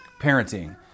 parenting